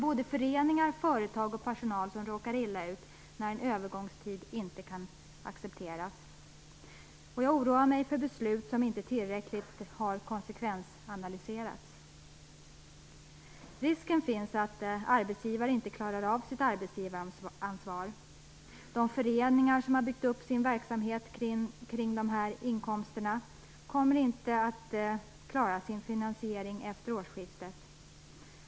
Såväl föreningar och företag som personal råkar illa ut om en övergångstid inte kan accepteras. Jag oroar mig för beslut som inte har konsekvensanalyserats tillräckligt. Risken finns att arbetsgivarna inte klarar av sitt arbetsgivaransvar. De föreningar som har byggt upp sin verksamhet kring dessa inkomster kommer inte att klara sin finansiering efter årsskiftet.